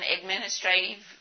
administrative